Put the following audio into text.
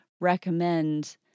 recommend